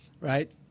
right